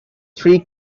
three